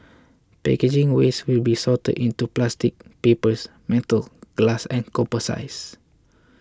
packaging waste will be sorted into plastic papers metal glass and composites